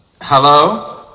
Hello